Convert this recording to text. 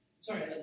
Sorry